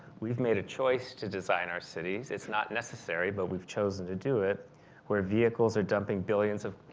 we've made a choice to design our cities. it's not necessary but we've chosen to do it where vehicles are dumping billions of